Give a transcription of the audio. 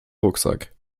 rucksack